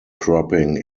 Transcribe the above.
cropping